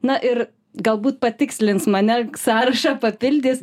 na ir galbūt patikslins mane sąrašą papildys